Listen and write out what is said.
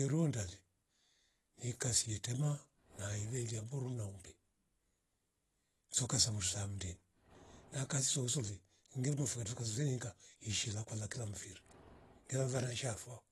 Yerondali nikasie tema na ilee lia mburu na ure soka samuru shamnde nakasosozole hungeru furitika zwenga ishi lakwa lakila mfiri giamva nashafo